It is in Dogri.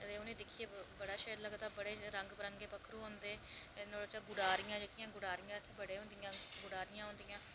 ते उ'नेंगी दिक्खियै बड़ा शैल लगदा रंग बिरंगे पक्खरू होंदे ते नुहाड़े चा गटारियां जेह्कियां ओह् गटारियां होंदियां गटारियां होंदियां